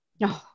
No